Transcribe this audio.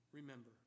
Remember